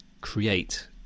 create